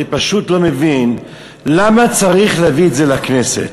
אני פשוט לא מבין למה צריך להביא את זה לכנסת.